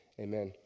amen